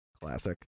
classic